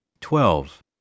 twelve